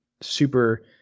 super